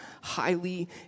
highly